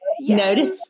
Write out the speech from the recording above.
notice